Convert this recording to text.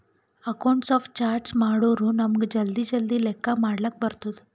accounts of charts ಮಾಡುರ್ ನಮುಗ್ ಜಲ್ದಿ ಜಲ್ದಿ ಲೆಕ್ಕಾ ಮಾಡ್ಲಕ್ ಬರ್ತುದ್